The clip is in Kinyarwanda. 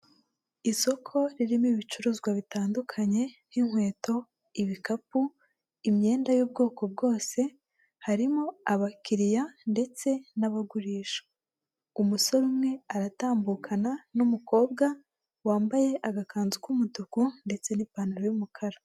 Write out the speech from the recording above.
Isoko ririmo ibicuruzwa bitandukanye, nk'inkweto, ibikapu, imyenda y'ubwoko bwose, harimo abakiriya ndetse n'abagurisha. Umusore umwe aratambukana n'umukobwa, wambaye agakanzu k'umutuku ndetse n'ipantaro y'umukara.